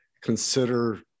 consider